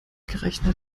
gerechnet